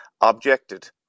objected